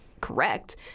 correct